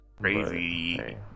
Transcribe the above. crazy